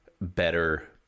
better